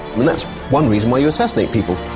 and that's one reason why you assassinate people,